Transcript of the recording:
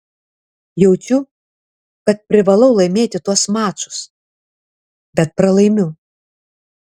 jaučiu kad privalau laimėti tuos mačus bet pralaimiu